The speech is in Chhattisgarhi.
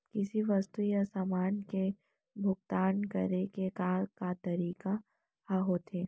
किसी वस्तु या समान के भुगतान करे के का का तरीका ह होथे?